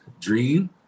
Dream